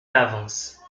d’avance